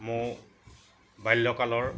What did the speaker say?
মোৰ বাল্যকালৰ